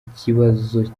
kibazo